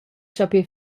stoppi